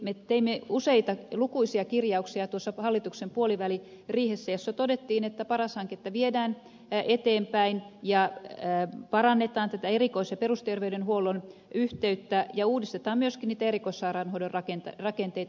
me teimme lukuisia kirjauksia tuossa hallituksen puoliväliriihessä jossa todettiin että paras hanketta viedään eteenpäin parannetaan erikois ja perusterveydenhuollon yhteyttä ja uudistetaan myös niitä erikoissairaanhoidon rakenteita